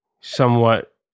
somewhat